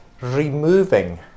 removing